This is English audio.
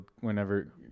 whenever